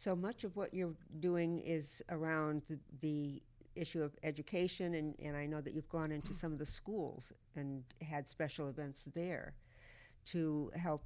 so much of what you're doing is around the issue of education and i know that you've gone into some of the schools and had special events there to help